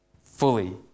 fully